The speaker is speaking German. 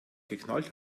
geknallt